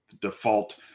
default